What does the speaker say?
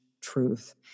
truth